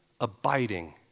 abiding